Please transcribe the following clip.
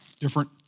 Different